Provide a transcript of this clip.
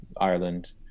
Ireland